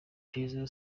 prezzo